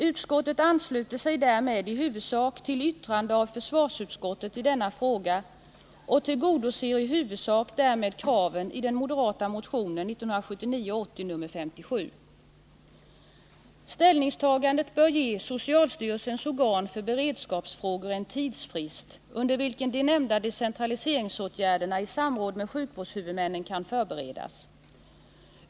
Utskottet ansluter sig därmed i huvudsak till försvarsutskottets yttrande i denna fråga Ställningstagandet bör ge socialstyrelsens organ för beredskapsfrågor en tidsfrist, under vilken de nämnda decentraliseringsåtgärderna kan förberedas i samråd med sjukvårdshuvudmännen.